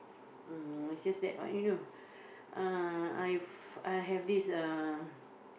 uh it's just that what you know ah I I have this uh